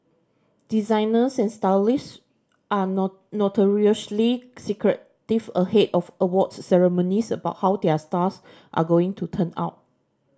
designers and stylists are notoriously secretive ahead of awards ceremonies about how their stars are going to turn out